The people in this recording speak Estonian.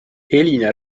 elina